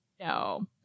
No